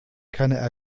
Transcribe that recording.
keine